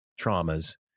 traumas